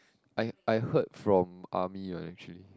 I I heard from army one actually